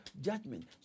judgment